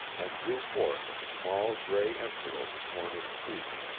and drew forth a small, gray envelope torn in two.